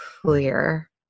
clear